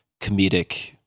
comedic